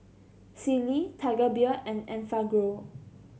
Sealy Tiger Beer and Enfagrow